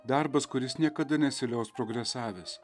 darbas kuris niekada nesiliaus progresavęs